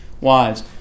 Wives